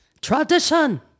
tradition